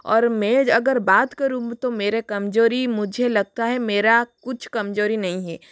और मैं अगर बात करूं तो मेरी कमज़ोरी मुझे लगता है मेरा कुछ कमज़ोरी नहीं है